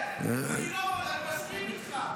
כן, אני מסכים איתך.